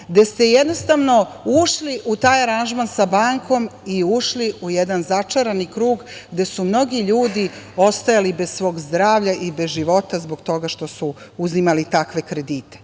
gde ste jednostavno ušli u taj aranžman sa bankom i ušli u jedan začarani krug gde su mnogi ljudi ostajali bez svog zdravlja i bez života, zbog toga što su uzimali takve kredite. Nemojte